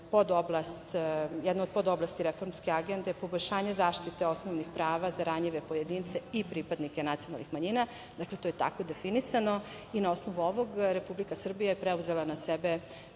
jedna od podoblasti reformske agende je poboljšanje zaštite osnovnih prava za ranjive pojedince i pripadnike nacionalnih manjina i to je tako definisano i na osnovu ovoga Republika Srbija je preuzela na sebe